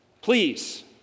Please